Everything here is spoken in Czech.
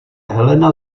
helena